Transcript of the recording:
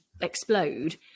explode